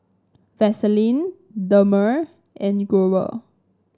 Vaselin Dermale and Growell